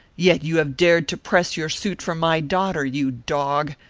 yet you have dared to press your suit for my daughter, you dog!